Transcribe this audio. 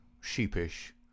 sheepish